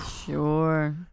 Sure